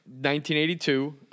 1982